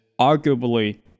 arguably